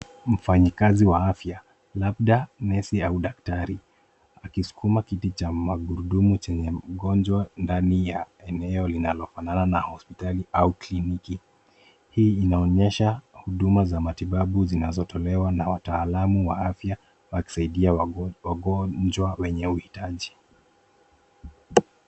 Mfanyi kazi wa afya labda nurse au daktari akisukuma kiti cha magurudumu chenye mgonjwa ndani ya eneo linalo fanana na hospitali au kliniki hii inaonyesha huduma za matibabu zinazotolewa na wataalamu wa afya wakisaidia wagonjwa wenye uhitaji.